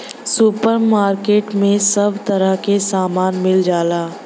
super market में सब तरह के सामान मिल जाला